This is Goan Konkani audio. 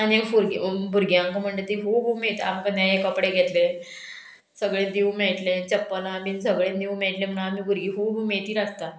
आनी फुरग् भुरग्यांक म्हणटा ती खूब उमेद आमकां नयें कपडे घेतले सगळे नीव मेळटले चप्पलां बीन सगळे नीव मेळटले म्हण आमी भुरगीं खूब उमेदीत आसता